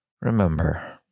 remember